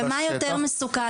ומה יותר מסוכן,